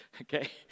Okay